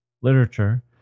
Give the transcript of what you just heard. Literature